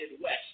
west